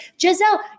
Giselle